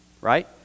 Right